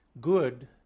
Good